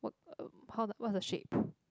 what uh how the what's the shape